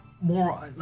more